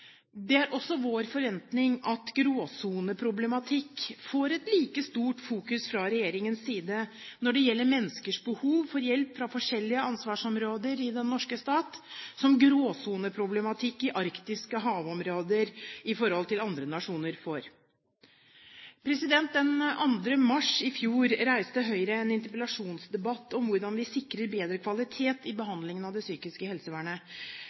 Det er også vår forventning at gråsoneproblematikk får et like stort fokus fra regjeringens side når det gjelder menneskers behov for hjelp fra forskjellige ansvarsområder i den norske stat – som gråsoneproblematikk i arktiske havområder i forhold til andre nasjoner, får. Den 2. mars i fjor reiste Høyre en interpellasjonsdebatt om hvordan vi sikrer bedre kvalitet i behandlingen i det psykiske helsevernet.